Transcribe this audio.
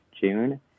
June